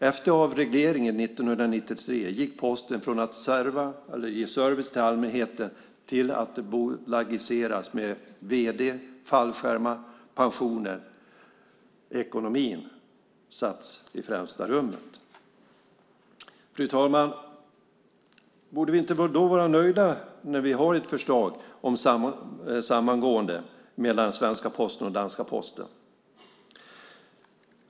Efter avregleringen år 1993 gick Posten från att ge service till allmänheten till att bolagiseras med vd, fallskärmar och pensioner. Ekonomin sattes i främsta rummet. Fru talman! Borde vi inte vara nöjda när vi har ett förslag om samgående mellan svenska Posten och danska Posten?